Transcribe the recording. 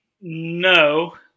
No